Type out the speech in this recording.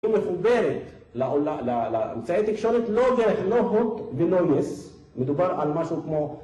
...מחוברת לאמצעי התקשורת לא דרך לא הוט ולא יס, מדובר על משהו כמו...